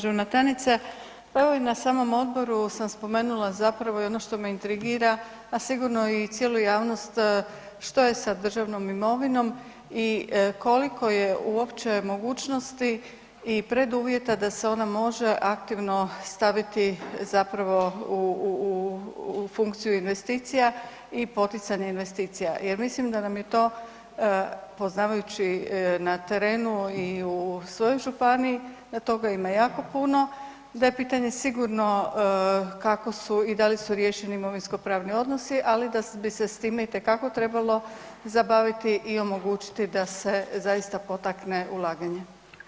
Poštovana državna tajnice, pa evo i na samom odboru sam spomenula zapravo i ono što me intrigira, a sigurno i cijelu javnost što je sa državnom imovinom i koliko je uopće mogućnosti i preduvjeta da se ona može aktivno staviti zapravo u funkciju investicija i poticanje investicija jer mislim da nam je to poznavajući na terenu i u svojoj županiji, da toga ima jako puno, da je pitanje sigurno kako su i da li su riješeni imovinsko pravni odnosi, ali da bi se s time itekako trebalo zabaviti i omogućiti da se zaista potakne ulaganje.